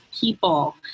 people